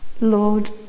Lord